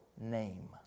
name